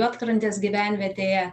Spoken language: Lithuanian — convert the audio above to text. juodkrantės gyvenvietėje